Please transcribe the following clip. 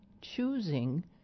choosing